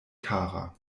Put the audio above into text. kara